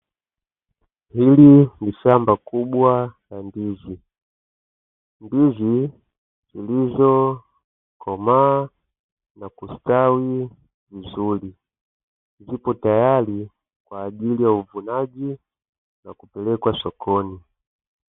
Hili ni shamba kubwa la ndizi zilizokomaa na kustawi vizuri, zipo tayari kwa ajili ya uvunaji na kupelekwa sokoni.